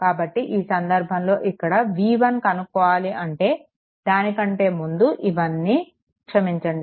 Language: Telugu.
కాబట్టి ఈ సందర్భంలో ఇక్కడ v1 కనుక్కోవాలి అంటే దానికంటే ముందు ఇవన్నీ క్షమించండి